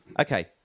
Okay